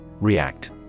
React